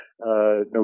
no